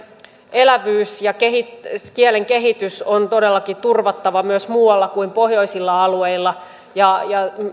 elävyys ja kielen kehitys on todellakin turvattava myös muualla kuin pohjoisilla alueilla ja ja